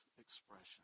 expression